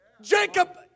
Jacob